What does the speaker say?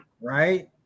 Right